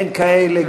אין כאלה.